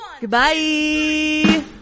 Goodbye